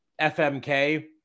FMK